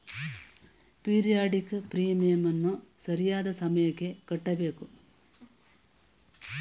periodic ಪ್ರೀಮಿಯಂನ್ನು ಸರಿಯಾದ ಸಮಯಕ್ಕೆ ಕಟ್ಟಬೇಕು